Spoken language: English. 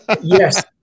yes